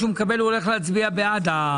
זו סוגיה קריטית היום,